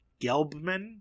Gelbman